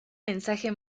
mensaje